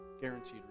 guaranteed